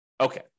Okay